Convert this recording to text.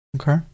Okay